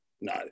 no